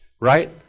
right